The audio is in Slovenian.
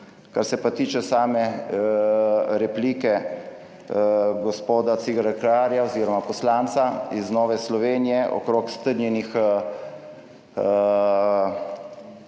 Kar se pa tiče same replike gospoda Ciglerja Kralja oz. poslanca iz Nove Slovenije okrog strnjenih,